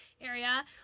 area